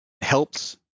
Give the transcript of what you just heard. helps